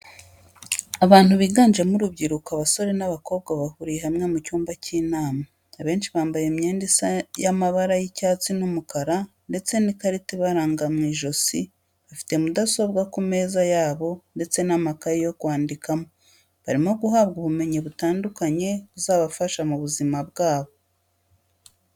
Abantu biganjemo urubyiruko abasore n'abakobwa bahuriye hamwe mu cyumba cy'inama, abenshi bambaye imyenda isa y'amabara y'icyatsi n'umukara ndetse n'ikarita ibaranga mu ijosi bafite mudasobwa ku meza yabo ndetse n'amakaye yo kwandikamo, barimo guhabwa ubumenyi butandukanye buzabafasha mu buzima bwabo.